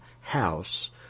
house